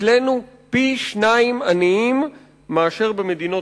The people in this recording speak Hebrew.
אצלנו יש פי-שניים עניים מאשר במדינות